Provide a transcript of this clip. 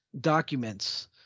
documents